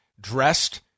dressed